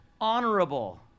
honorable